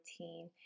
routine